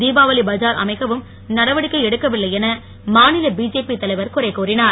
தீபாவளி பஜார் அமைக்கவும் நடவடிக்கை எடுக்கவில்லை என மாநில பிஜேபி தலைவர் குறை கூறினார்